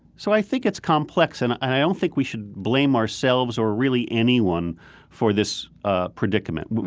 so i think it's complex and i don't think we should blame ourselves or really anyone for this ah predicament.